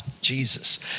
Jesus